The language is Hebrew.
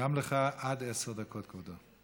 גם לך עד עשר דקות, כבודו.